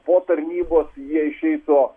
po tarnybos jie išeitų